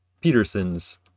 Peterson's